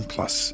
Plus